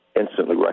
instantly